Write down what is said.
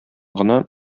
гына